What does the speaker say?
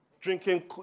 Drinking